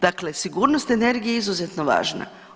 Dakle sigurnost energije je izuzetno važna.